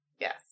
Yes